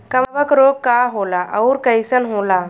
कवक रोग का होला अउर कईसन होला?